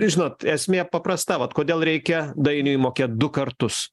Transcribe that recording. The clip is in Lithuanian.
žinot esmė paprasta vat kodėl reikia dainiui mokėt du kartus